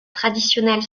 traditionnelle